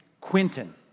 Quinton